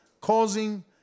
causing